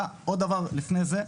עוד דבר לפני זה,